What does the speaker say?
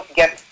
get